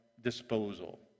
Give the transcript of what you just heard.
disposal